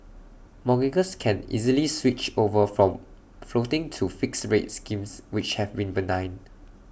mortgagors can easily switch over from floating to fixed rate schemes which have been benign